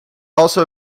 also